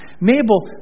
Mabel